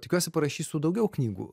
tikiuosi parašysiu daugiau knygų